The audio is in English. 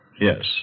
Yes